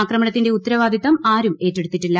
ആക്രമണത്തിന്റെ ഉത്തരവാദിത്തം ആരും ഏറ്റെടുത്തിട്ടില്ല